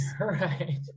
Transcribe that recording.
right